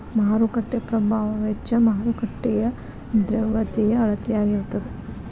ಮಾರುಕಟ್ಟೆ ಪ್ರಭಾವ ವೆಚ್ಚ ಮಾರುಕಟ್ಟೆಯ ದ್ರವ್ಯತೆಯ ಅಳತೆಯಾಗಿರತದ